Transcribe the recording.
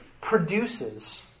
produces